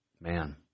Man